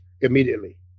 immediately